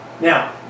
Now